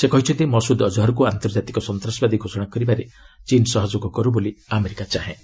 ସେ କହିଛନ୍ତି ମସୁଦ୍ ଅଜ୍ହର୍କୁ ଆନ୍ତର୍ଜାତିକ ସନ୍ତାସବାଦୀ ଘୋଷଣା କରିବାରେ ଚୀନ୍ ସହଯୋଗ କରୁ ବୋଲି ଆମେରିକା ଚାହେଁ